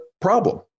problem